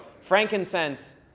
Frankincense